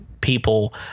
people